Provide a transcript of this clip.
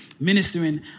ministering